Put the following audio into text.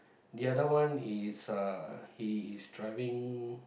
the other one is uh he is driving